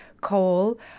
coal